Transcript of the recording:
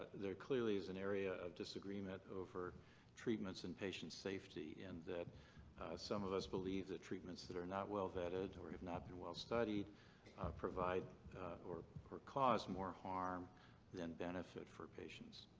there clearly is an area of disagreement over treatments and patient safety and that some of us believe the treatments that are not well vetted or have not been well studied provide or or cause more harm than benefit for patients.